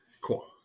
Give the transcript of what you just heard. cool